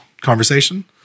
conversation